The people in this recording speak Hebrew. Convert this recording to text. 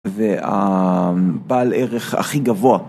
והבעל ערך הכי גבוה.